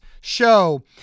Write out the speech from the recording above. show